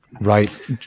right